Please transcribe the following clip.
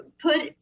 put